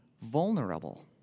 vulnerable